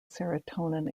serotonin